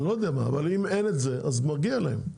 אני לא יודע מה, אבל אם אין את זה אז מגיע להם.